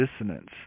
dissonance